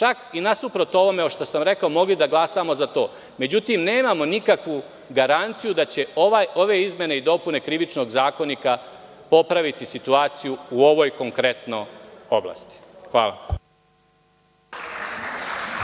čak i nasuprot ovome što sam rekao mogli da glasamo za to, međutim nemamo nikakvu garanciju da će ove izmene i dopune Krivičnog zakonika popraviti situaciju u ovoj oblasti konkretno. Hvala.